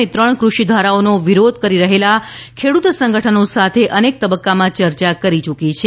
અને ત્રણ કૃષિ ઘારાઓનો વિરોધ કરી રહેલા ખેડૂતો સંગઠનો સાથે અનેક તબક્કામાં ચર્ચા કરી યૂકી છે